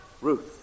Ruth